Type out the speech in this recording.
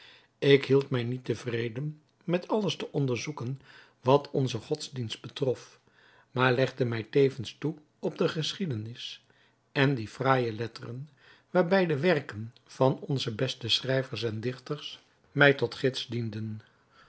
ik hield mij niet tevreden met alles te onderzoeken wat onze godsdienst betrof maar legde mij tevens toe op de geschiedenis en die fraaije letteren waarbij de werken van onze beste schrijvers en dichters mij tot gids dienden